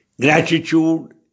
gratitude